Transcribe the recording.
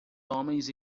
homens